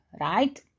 right